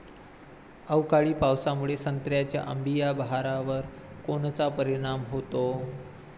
अवकाळी पावसामुळे संत्र्याच्या अंबीया बहारावर कोनचा परिणाम होतो?